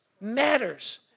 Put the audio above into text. matters